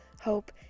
hope